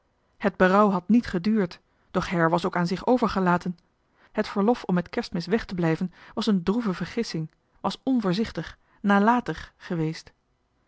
het berouw had niet geduurd doch her was ook aan zichzelf overgelaten het verlof om met kerstmis weg te blijven was een droeve vergissing was onvoorzichtig nalatig geweest